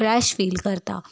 fresh feel करदा